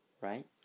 right